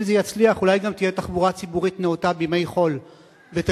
אם זה יצליח אולי גם תהיה תחבורה ציבורית נאותה בימי חול בתל-אביב.